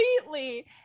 Completely